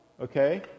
okay